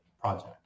project